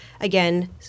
again